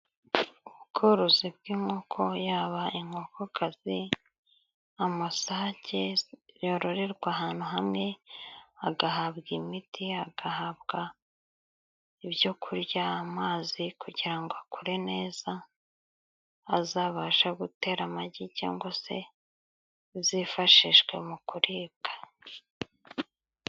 Ubworozi bw'inkoko yaba inkokokazi amasake yororerwa ahantu hamwe agahabwa imiti ,agahabwa ibyo kurya, mazi kugira ngo akore neza azabasha gutera amagi cyangwa se zifashishwe mu kuribwa.